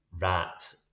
rat